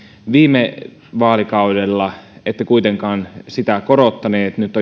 viime vaalikaudella ette kuitenkaan sitä korottaneet nyt